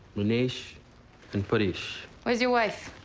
minesh and paresh. where's your wife?